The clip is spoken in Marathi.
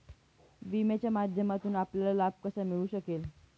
विम्याच्या माध्यमातून आपल्याला लाभ कसा मिळू शकेल?